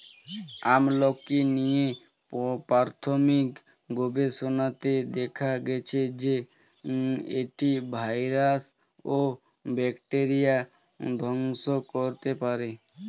আমলকী নিয়ে প্রাথমিক গবেষণাতে দেখা গেছে যে, এটি ভাইরাস ও ব্যাকটেরিয়া ধ্বংস করতে পারে